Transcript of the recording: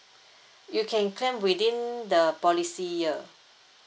you can claim within the policy year